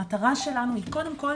המטרה שלנו היא קודם כל,